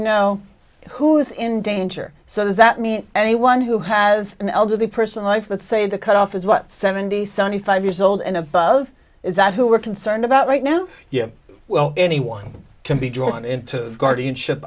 know who is in danger so does that mean anyone who has an elderly person life let's say the cut off is what seventy seventy five years old and above is that who we're concerned about right now yeah well anyone can be drawn into guardianship